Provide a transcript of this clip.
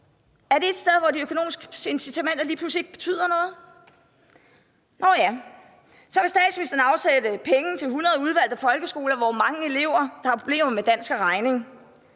Er det et sted, hvor de økonomiske incitamenter lige pludselig ikke betyder noget? Nåh ja, så vil statsministeren afsætte penge til 100 udvalgte folkeskoler, hvor mange elever har problemer med dansk og regning.